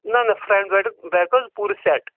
نہَ نہَ فرٛنٛٹ بیٹ بیک حظ پوٗرٕ سیٹ